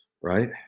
Right